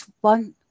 one